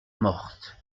morte